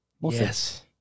Yes